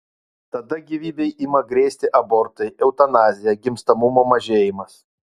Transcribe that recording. tada gyvybei ima grėsti abortai eutanazija gimstamumo mažėjimas